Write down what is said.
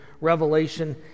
Revelation